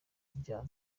rya